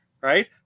right